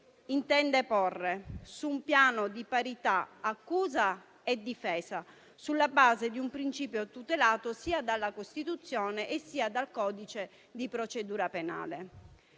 intende porre su un piano di parità accusa e difesa, sulla base di un principio tutelato sia dalla Costituzione che dal codice di procedura penale.